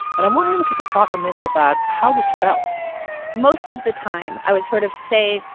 and i'm wondering if you could talk a minute about how this felt most of the time, i would sort of say,